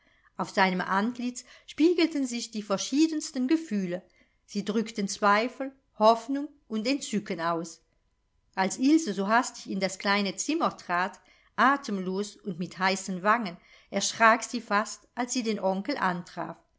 auf seinem antlitz spiegelten sich die verschiedensten gefühle sie drückten zweifel hoffnung und entzücken aus als ilse so hastig in das kleine zimmer trat atemlos und mit heißen wangen erschrak sie fast als sie den onkel antraf